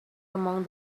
among